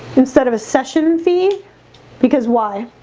instead of a session fee because why?